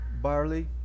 Barley